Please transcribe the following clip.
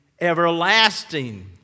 everlasting